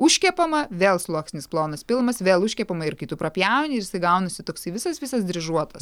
užkepama vėl sluoksnis plonas pilamas vėl iškepama ir kai tu prapjauni jis gaunasi toksai visas visas dryžuotas